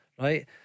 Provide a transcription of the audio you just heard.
right